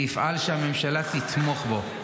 אני אפעל שהממשלה תתמוך בו.